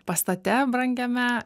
pastate brangiame